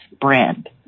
brand